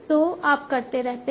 तो आप करते रहते हैं